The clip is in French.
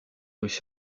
aussi